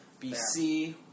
BC